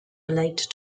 relate